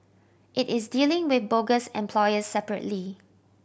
it is dealing with bogus employers separately